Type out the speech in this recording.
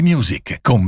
Music